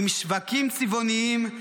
עם שווקים צבעוניים,